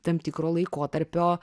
tam tikro laikotarpio